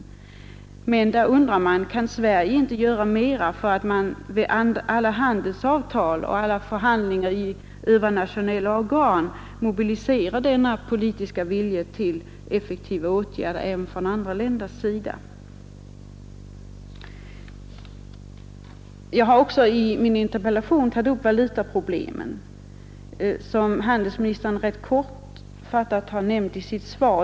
Men man undrar om inte Sverige kan göra mera för att i alla handelsavtal och vid alla förhandlingar i övernationella organ mobilisera denna politiska vilja till effektiva åtgärder även från andra länders sida. Jag har också i min interpellation tagit upp valutaproblemen, som handelsministern rätt kortfattat har nämnt i sitt svar.